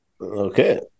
Okay